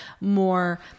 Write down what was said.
more